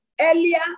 earlier